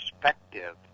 perspective